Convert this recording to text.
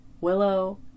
Willow